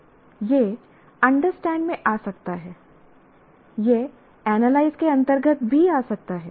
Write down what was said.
यह अंडरस्टैंड में आ सकता है यह एनालाइज के अंतर्गत भी आ सकता है